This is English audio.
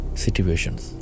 situations